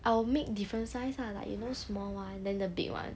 I will make different size lah like you know small one then the big one